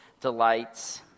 delights